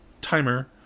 timer